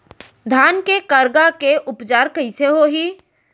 धान के करगा के उपचार कइसे होही?